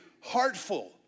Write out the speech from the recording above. heartful